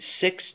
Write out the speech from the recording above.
six